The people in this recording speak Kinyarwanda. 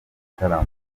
gitaramo